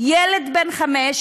ילד בן חמש,